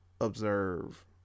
observe